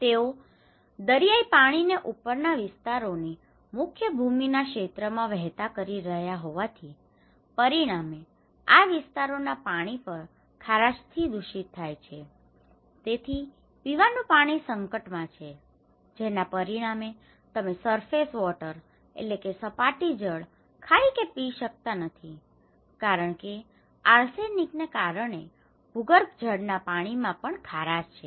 તેઓ દરિયાઇ પાણીને ઉપરના વિસ્તારોની મુખ્ય ભૂમિના ક્ષેત્રમાં વહેતા કરી રહ્યા હોવાથી પરિણામે આ વિસ્તારોના પાણી પણ ખારાશથી દૂષિત થાય છે તેથી પીવાનું પાણી સંકટમાં છે જેના પરિણામે તમે સરફેસ વોટર surface water સપાટી જળ ખાઈ કે પી શકતા નથી કારણ કે આર્સેનિકને કારણે ભૂગર્ભજળના પાણીમાં પણ ખારાશ છે